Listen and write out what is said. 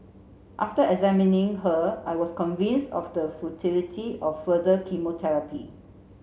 after examining her I was convinced of the futility of further